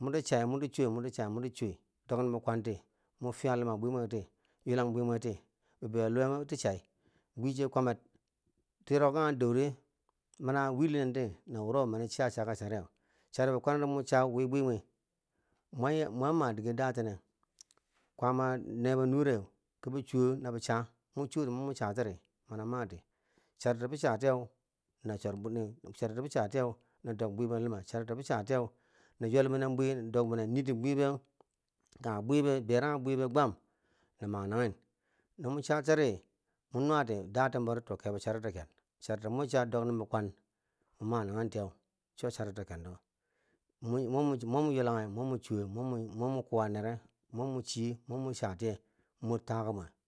moti chai, moti chooi, moti chi moti chooi doknen bi kwanti mo fiya luma bwi mweti ywelan bwi mweti, bibeiyo luwe mati chai, bwi chiye kwamer, twirako kanghe an doudi mani a wilon nenti na wuro mani chiya chaka chari ke, charibi kwanne do mo cha wi bwi mwi, mwa ma dige datenne, kwaama nebo nure kibi cho na bi cha mun choti namun chatiri mana mati charido bi chatiye na chor bweni chari to bi cha ti ye na dok bwe be luma charin to be cha tiyew na ywel binen bwe na duk binen niti bwe be kage berage bwi bwe gwam na ma nagen no mun chachariri mun mati datenbori to kebo chari to ken charito muncha dok nen bi kwan, mu managentiye cho chari to kendo mum mo mo mun ywulage mo mun chowe mo mun kuwa nere momun chii ye mo mun cha tiye mor takuwe mur.